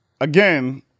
Again